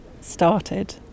started